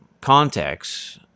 context